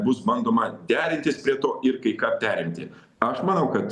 bus bandoma derintis prie to ir kai ką perimti aš manau kad